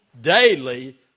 daily